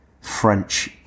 French